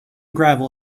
gravel